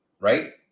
right